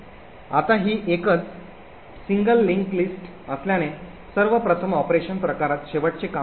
आता ही एकच लिंक यादी असल्याने सर्वप्रथम ऑपरेशन प्रकारात शेवटचे काम चालू आहे